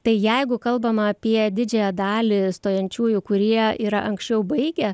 tai jeigu kalbama apie didžiąją dalį stojančiųjų kurie yra anksčiau baigę